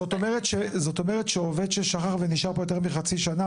זאת אומרת שעובד ששכח ונשאר פה יותר מחצי שנה,